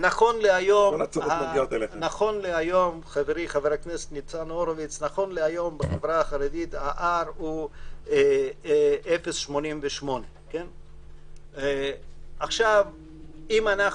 נכון להיום בחברה החרדית המקדם עומד על 0.88. אם אנחנו